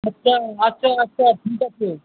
আচ্ছা আচ্ছা আচ্ছা ঠিক আছে